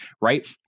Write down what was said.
Right